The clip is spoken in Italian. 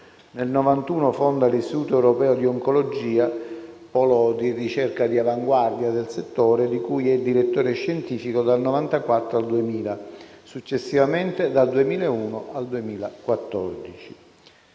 Nel 1991 fonda l'Istituto europeo di oncologia, polo di ricerca di avanguardia del settore, di cui è direttore scientifico dal 1994 al 2000 e, successivamente, dal 2001 al 2014.